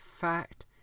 fact